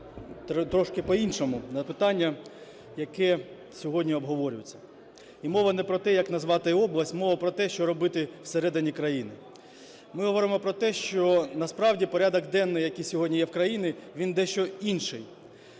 трошки по-іншому на питання, яке сьогодні обговорюється. І мова не про те, як назвати область, – мова про те, що робити всередині країни. Ми говоримо про те, що насправді порядок денний, який сьогодні є в країні, він дещо інший.